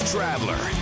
Traveler